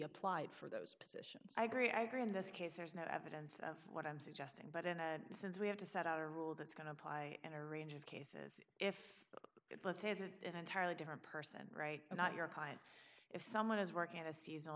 applied for those i agree i agree in this case there's no evidence of what i'm suggesting but in a sense we have to set out a rule that's going to apply in a range of cases if an entirely different person right not your client if someone is working at a seasonal